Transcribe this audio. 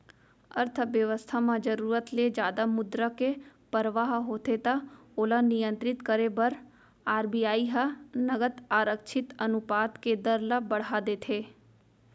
अर्थबेवस्था म जरुरत ले जादा मुद्रा के परवाह होथे त ओला नियंत्रित करे बर आर.बी.आई ह नगद आरक्छित अनुपात के दर ल बड़हा देथे